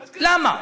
למה?